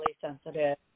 sensitive